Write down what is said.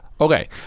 okay